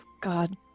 god